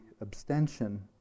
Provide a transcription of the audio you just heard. abstention